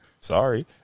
Sorry